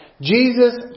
Jesus